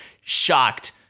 shocked